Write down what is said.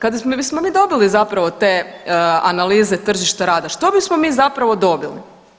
Kada bismo mi dobili zapravo te analize tržišta rada što bismo mi zapravo dobili?